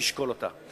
וישקול אותה.